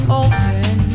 open